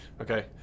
okay